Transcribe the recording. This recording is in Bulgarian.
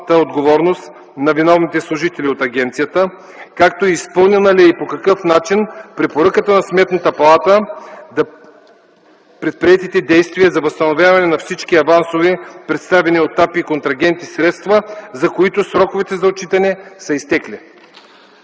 отговорност на виновните служители от агенцията? Изпълнена ли е и по какъв начин препоръката на Сметната палата за предприемане на действия за възстановяване на всички авансови, представени от АПИ на контрагентите средства, за които сроковете за отчитане са изтекли?